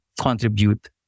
contribute